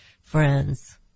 friends